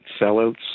sellouts